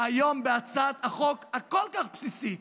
היום בהצעת החוק הכל-כך בסיסית,